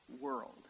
world